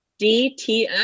DTF